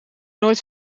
nooit